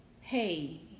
hey